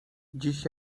dziś